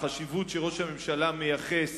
החשיבות שראש הממשלה מייחס